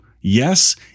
Yes